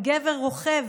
/ הגבר רוכב,